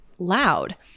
loud